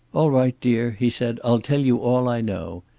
all right, dear, he said. i'll tell you all i know.